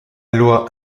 loi